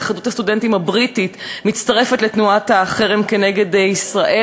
התאחדות הסטודנטים הבריטית מצטרפת לתנועת החרם כנגד ישראל,